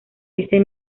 ese